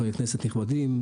חברי כנסת נכבדים.